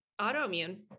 autoimmune